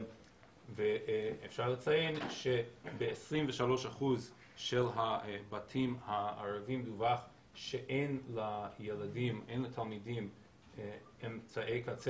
אפשר לציין שב-23% של הבתים הערביים דווח שאין לתלמידים אמצעי קצה,